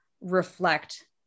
reflect